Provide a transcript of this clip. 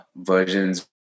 versions